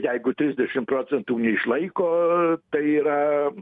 jeigu trisdešim procentų neišlaiko tai yra